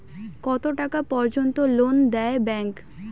কত টাকা পর্যন্ত লোন দেয় ব্যাংক?